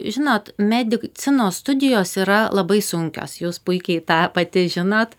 žinot medicinos studijos yra labai sunkios jūs puikiai tą pati žinot